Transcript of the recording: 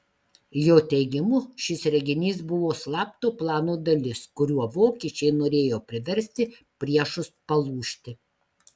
jo teigimu šis reginys buvo slapto plano dalis kuriuo vokiečiai norėjo priversti priešus palūžti